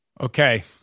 Okay